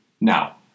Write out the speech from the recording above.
now